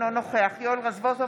אינו נוכח יואל רזבוזוב,